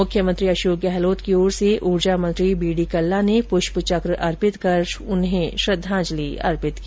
मुख्यमंत्री अशोक गहलोत की ओर से ऊर्जा मंत्री बीडी कल्ला ने पुष्पचक्र अर्पित कर श्रद्वांजलि अर्पित की